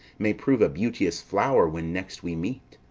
may prove a beauteous flow'r when next we meet.